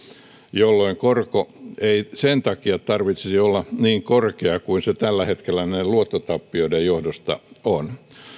jolloin koron ei sen takia tarvitsisi olla niin korkea kuin se tällä hetkellä näiden luottotappioiden johdosta on